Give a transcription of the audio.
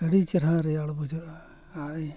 ᱟᱹᱰᱤ ᱪᱮᱦᱨᱟ ᱨᱮᱭᱟᱲ ᱵᱩᱡᱷᱟᱹᱜᱼᱟ ᱟᱨ